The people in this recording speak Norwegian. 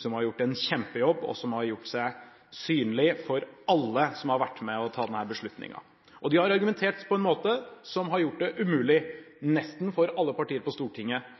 som har gjort en kjempejobb, og som har gjort seg synlig for alle som har vært med på å ta denne beslutningen. De har argumentert på en måte som har gjort det umulig for nesten alle partier på Stortinget